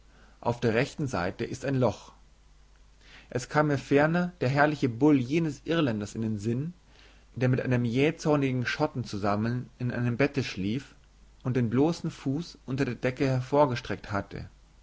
auf der rechten seite ist ein loch es kam mir ferner der herrliche bull jenes irländers in den sinn der mit einem jähzornigen schotten zusammen in einem bette schlief und den bloßen fuß unter der decke hervorgestreckt hatte